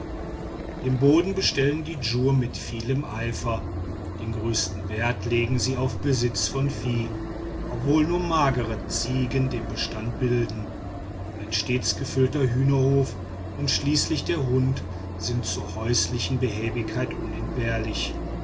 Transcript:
den boden bestellen die djur mit vielem eifer den größten wert legen sie auf besitz von vieh obwohl nur magere ziegen den bestand bilden ein stets gefüllter hühnerhof und schließlich der hund sind zur häuslichen behäbigkeit unentbehrlich